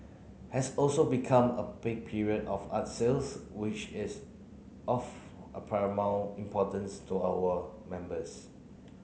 has also become a peak period of art sales which is of a paramount importance to our members